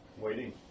Waiting